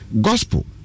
Gospel